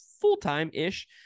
full-time-ish